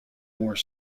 more